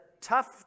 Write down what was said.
tough